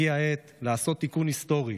הגיעה העת לעשות תיקון היסטורי,